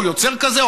או יוצר כזה,